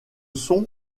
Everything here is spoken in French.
sont